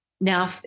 Now